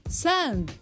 sand